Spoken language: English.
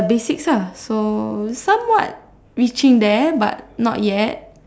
the basic lah so somewhat reaching there but not yet